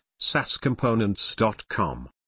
sascomponents.com